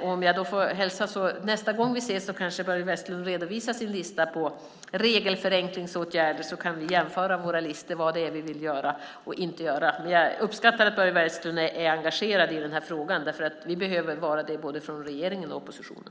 Om jag får hälsa Börje Vestlund något är det att nästa gång vi ses kanske han redovisar sin lista på regelförenklingsåtgärder. Då kan vi jämföra våra listor och se vad det är vi vill göra och inte göra. Men jag uppskattar att Börje Vestlund är engagerad i frågan, för vi behöver vara det både från regeringen och från oppositionen.